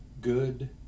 good